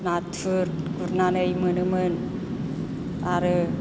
नाथुर गुरनानै मोनोमोन आरो